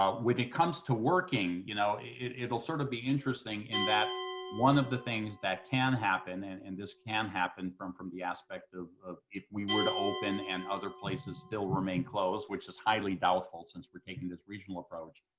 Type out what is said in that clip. um when it comes to working, you know, it'll sort of be interesting in that one of the things that can happen, and and this can happen from from the aspect of if we were to open and other places still remain closed, which is highly doubtful, since we're taking this regional approach.